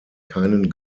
keinen